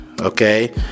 okay